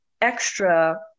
extra